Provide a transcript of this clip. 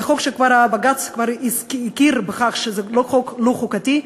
זה חוק שכבר בג"ץ הכיר בכך שהוא חוק לא חוקתי,